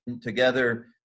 together